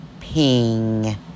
ping